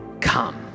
Come